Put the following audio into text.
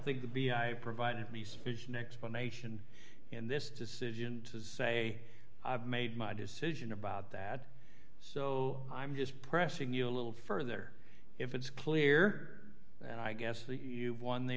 think the i provided the sufficient explanation in this decision to say i've made my decision about that so i'm just pressing you a little further if it's clear and i guess the you won the